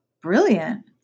brilliant